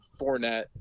Fournette